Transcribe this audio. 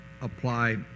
apply